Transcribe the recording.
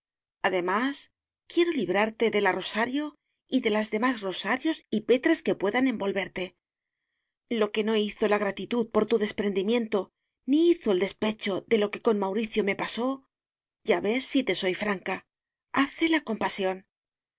además quiero librarte de la rosario y de las demás rosarios o petras que puedan envolverte lo que no hizo la gratitud por tu desprendimiento ni hizo el despecho de lo que con mauricio me pasóya ves si te soy francahace la compasión